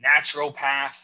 naturopath